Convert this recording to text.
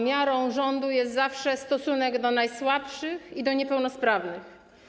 Miarą rządu jest zawsze stosunek do najsłabszych i niepełnosprawnych.